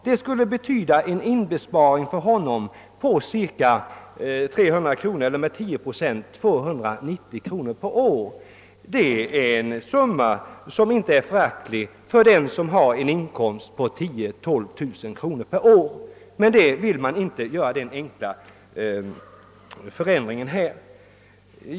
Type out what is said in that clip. Det skulle betyda en inbesparing på 290 kronor om året om man räknar med 10 procents ATP-avgift, en icke föraktlig sum ma för en person med en inkomst på mellan 10 000 och 12 000 kronor per år. Men den enkla ändring som krävs för detta vill man alltså inte göra.